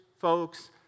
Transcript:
folks